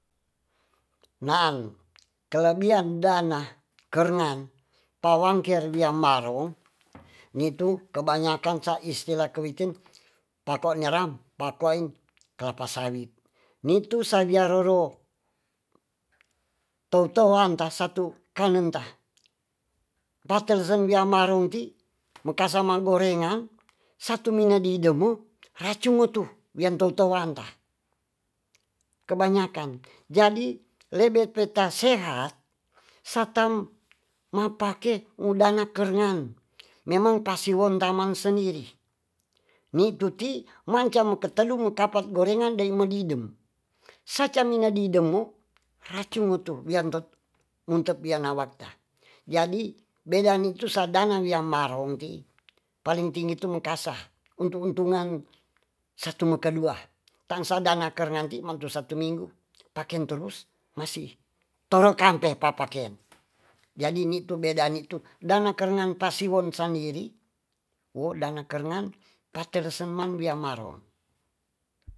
Nahang kelebihan dana kernan pawangke wiramaro nitu kebanyakan saistila kuwiten pakonyeram pakoeng kelapa sawit nitusawiaroro totoang tasatu kanenta batelzen wimarunti mekasa gorengan satu medidemu racunutu wiatonton wanta kebanyakan jadi lebe beta sehat satam mapaket mudana kernan memang pasiwon teman sendiri mituti macamaketelung kapak gorengan daimadedem sacamadidemu racumitu bianto minawanta jadi bedanyetu sadana wimaronti paling tinggi itu makasa untu-untungan satu mukadua tangsadana karnganti metesatu minggu pakean turus masi torokampe papaken jadinitu bedanitu dangagrengan pasiwon sandiri wodana grengan patersamengan wimaro.